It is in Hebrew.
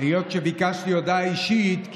היות שביקשתי הודעה אישית,